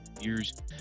years